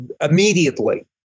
immediately